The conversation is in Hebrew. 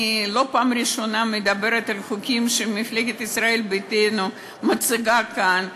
אני לא פעם ראשונה מדברת על חוקים שמפלגת ישראל ביתנו מציגה כאן,